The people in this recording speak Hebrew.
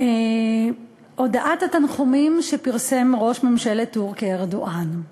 הודעת התנחומים שפרסם ראש ממשלת טורקיה ארדואן,